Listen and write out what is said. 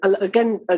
Again